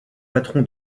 patron